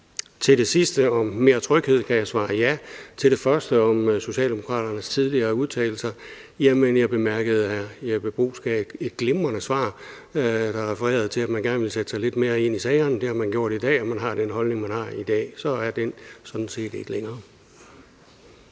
Til det sidste om mere tryghed kan jeg svare: Ja. Til det første om Socialdemokraternes tidligere udtalelser: Jeg bemærkede, at hr. Jeppe Bruus gav et glimrende svar, der refererede til, at man gerne ville sætte sig lidt mere ind i sagerne. Og det har man gjort i dag, og man har den holdning, man har i dag. Så er den sådan set ikke længere.